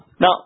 Now